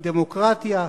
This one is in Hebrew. דמוקרטיה.